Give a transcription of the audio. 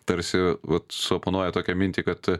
tarsi vat suoponuoja tokią mintį kad